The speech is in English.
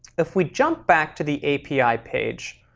if we jump back to the api page,